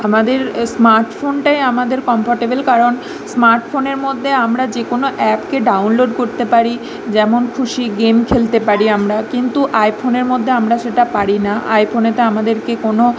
আমাদের স্মার্টফোনটাই আমাদের কম্ফর্টেবল কারণ স্মার্টফোনের মধ্যে আমরা যে কোনও অ্যাপকে ডাউনলোড করতে পারি যেমন খুশি গেম খেলতে পারি আমরা কিন্তু আইফোনের মধ্যে আমরা সেটা পারি না আইফোনেতে আমাদেরকে কোনও